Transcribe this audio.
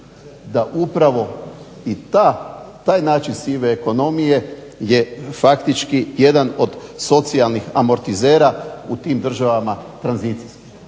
da upravo i taj način sive ekonomije je faktički jedan od socijalnih amortizera u tranzicijskim